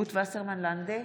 רות וסרמן לנדה,